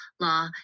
law